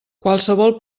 qualsevol